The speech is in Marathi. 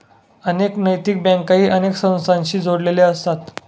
अनेक नैतिक बँकाही अनेक संस्थांशी जोडलेले असतात